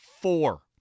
Four